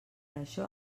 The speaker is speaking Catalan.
això